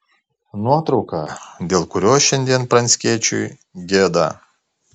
nuotrauka dėl kurios šiandien pranckiečiui gėda